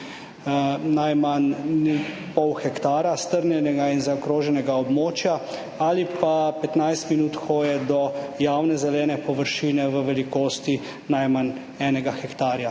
najmanj pol hektarja strnjenega in zaokroženega območja ali pa 15 minut hoje do javne zelene površine v velikosti najmanj enega hektarja.